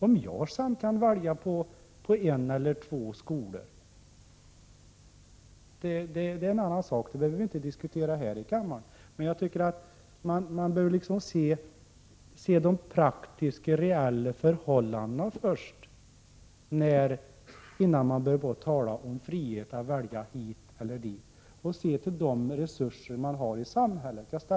Om jag sedan kan välja mellan en eller två skolor är en annan sak, som vi inte behöver diskutera här i kammaren. Men jag tycker att man bör se på de praktiska, reella förhållandena innan man börjar tala om frihet att välja hit eller dit. Man bör se till de resurser vi har i samhället.